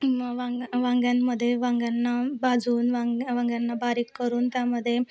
म वांगं व वांग्यांमध्ये वांग्यांना भाजून वांगं वांग्यांना बारीक करून त्यामध्ये